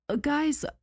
guys